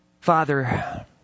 Father